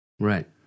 Right